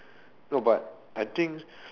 no but I think